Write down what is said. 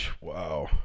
Wow